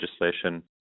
legislation